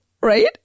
right